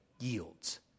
yields